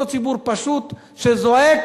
אותו ציבור פשוט שזועק,